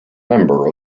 member